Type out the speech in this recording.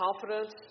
confidence